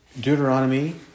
Deuteronomy